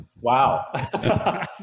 wow